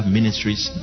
Ministries